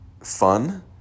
fun